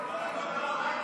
מה עם